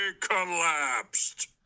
collapsed